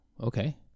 okay